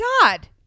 God